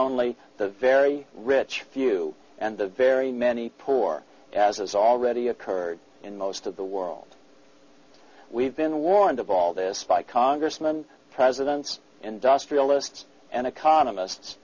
only the very rich few and the very many poor as has already occurred in most of the world we've been warned of all this by congressman presidents industrialists and economists